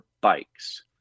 bikes